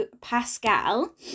Pascal